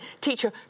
teacher